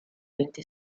veinte